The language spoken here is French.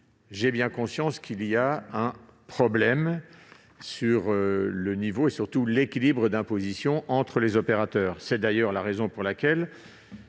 J'ai conscience qu'il existe un problème sur le niveau et surtout l'équilibre d'imposition entre les opérateurs. C'est d'ailleurs la raison pour laquelle